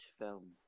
film